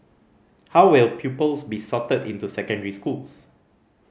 how will pupils be sorted into secondary schools